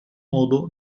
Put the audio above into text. modo